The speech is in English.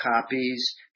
copies